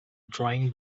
drawing